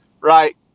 right